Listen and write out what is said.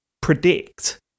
predict